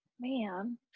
man